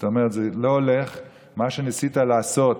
זאת אומרת: זה לא הולך, מה שניסית לעשות.